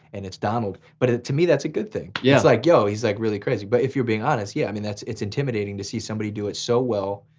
and it's donald. but to me, that's a good thing. yeah. it's like yo, he's like really crazy. but if you're being honest, yeah i mean yeah, it's intimidating to see somebody do it so well,